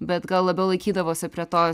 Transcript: bet gal labiau laikydavosi prie to